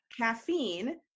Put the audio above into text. caffeine